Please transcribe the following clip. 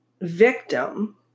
victim